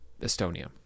Estonia